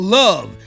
love